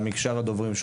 גם משאר הדוברים,